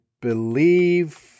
believe